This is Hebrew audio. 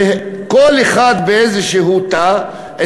וכל אחד באיזשהו תא,